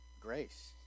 grace